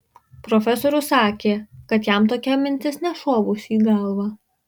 profesorius sakė kad jam tokia mintis nešovusi į galvą